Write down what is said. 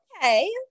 okay